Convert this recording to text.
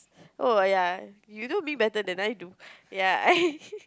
oh ya you know me better than I do ya I